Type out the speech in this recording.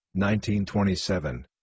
1927